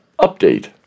update